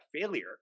failure